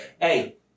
Hey